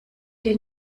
dir